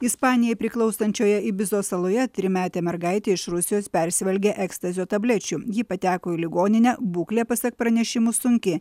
ispanijai priklausančioje ibizos saloje trimetė mergaitė iš rusijos persivalgė ekstazio tablečių ji pateko į ligoninę būklė pasak pranešimų sunki